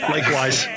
Likewise